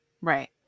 Right